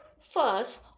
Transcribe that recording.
First